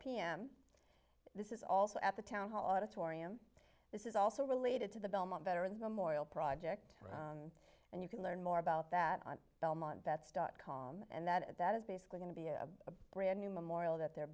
pm this is also at the town hall auditorium this is also related to the belmont veterans memorial project and you can learn more about that on belmont that's dot com and that is basically going to be a brand new memorial that they're